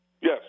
Yes